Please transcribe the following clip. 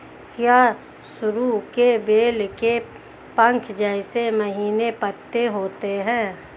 क्या सरु के बेल के पंख जैसे महीन पत्ते होते हैं?